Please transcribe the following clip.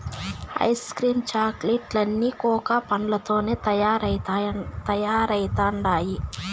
ice cream chocolate లన్నీ cocoa పండ్లతోనే తయారైతండాయి